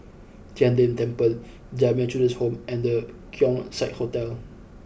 Tian De Temple Jamiyah Children's Home and The Keong Saik Hotel